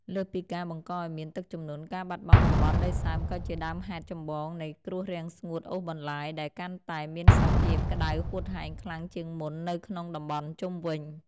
លើសពីការបង្កឱ្យមានទឹកជំនន់ ការបាត់បង់តំបន់ដីសើមក៏ជាដើមហេតុចម្បងនៃ គ្រោះរាំងស្ងួតអូសបន្លាយ ដែលកាន់តែមានសភាពក្តៅហួតហែងខ្លាំងជាងមុននៅក្នុងតំបន់ជុំវិញ។